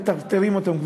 מטרטרים אותם,